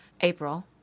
April